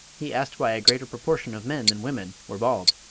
he asked why a greater proportion of men than women were bald.